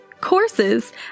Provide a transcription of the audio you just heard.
courses